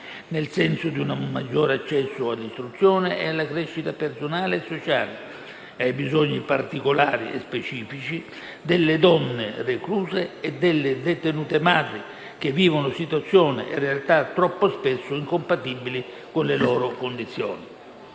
nel senso di un maggiore accesso all'istruzione, alla crescita personale e sociale e ai bisogni particolari e specifici delle donne recluse e delle detenute madri, che vivono situazioni e realtà troppo spesso incompatibili con le loro condizioni.